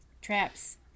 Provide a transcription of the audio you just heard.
traps